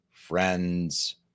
friends